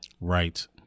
Right